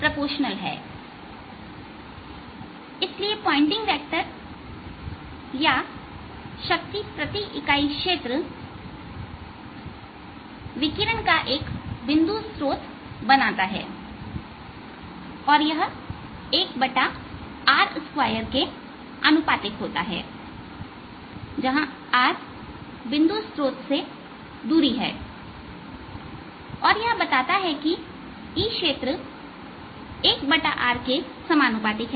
इसलिए Poynting vector या शक्ति प्रति इकाई क्षेत्र विकिरण का एक बिंदु स्त्रोत बनाता है और यह 1r2 अनुपातिक होता है जहां r बिंदु स्त्रोत से दूरी है और यह बताता है कि E क्षेत्र 1r के समानुपातिक है